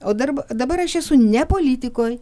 o dar dabar aš esu ne politikoj